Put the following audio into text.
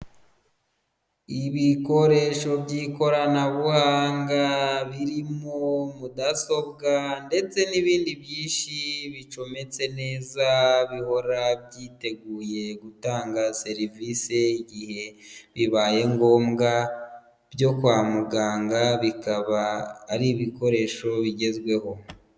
Ibikoresho by'ikoranabuhanga, biririmo mudasobwa, ndetse n'ibindi byinshi bicometse neza bihora byiteguye gutanga serivise, igihe bibaye ngombwa byo kwa muganga, bikaba ari ibikoresho bigezweho.